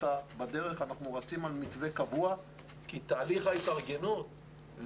אנחנו יודעים שבערך בגיל פרישה,